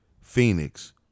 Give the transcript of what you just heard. Phoenix